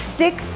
six